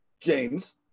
James